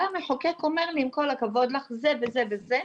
בא המחוקק ואומר לי אם כל הכבוד לך זה וזה וזה,